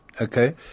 okay